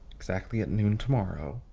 exactly at noon tomorrow,